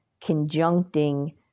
conjuncting